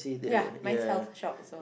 ya mine's health shop also